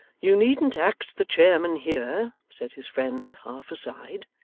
you needn't act the chairman here said his friend, half aside.